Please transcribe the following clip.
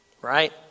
right